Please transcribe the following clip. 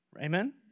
Amen